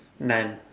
none